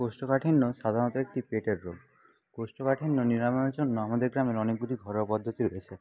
কোষ্ঠকাঠিন্য সাধারণত একটি পেটের রোগ কোষ্ঠকাঠিন্য নিরাময়ের জন্য আমাদের গ্রামের অনেকগুলি ঘরোয়া পদ্ধতি রয়েছে